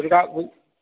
Durga